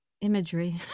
imagery